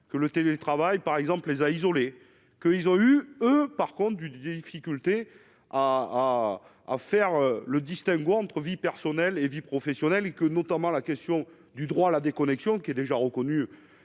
que le télétravail, par exemple, les a isolés que ils ont eu, eux par contre une vieille difficulté à en faire le distinguo entre vie personnelle et vie professionnelle que notamment la question du droit à la déconnexion qui est déjà reconnu